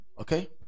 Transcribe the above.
Okay